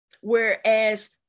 Whereas